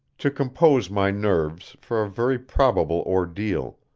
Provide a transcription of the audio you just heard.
to compose my nerves for a very probable ordeal,